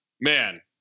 man